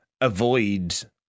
avoid